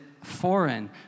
foreign